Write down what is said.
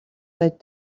that